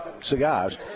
cigars